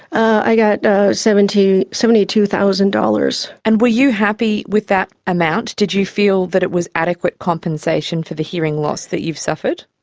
i got seventy seventy two thousand dollars. and were you happy with that amount? did you feel that it was adequate compensation for the hearing loss that you've suffered?